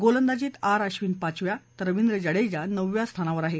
गोलंदाजित आर आक्षिन पाचव्या तर रविंद्र जडेजा नवव्या स्थानावर आहे